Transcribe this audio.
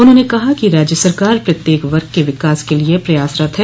उन्होंने कहा कि राज्य सरकार प्रत्येक वर्ग के विकास के लिए प्रयासरत है